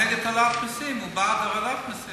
הוא נגד העלאת מסים, הוא בעד הורדת מסים.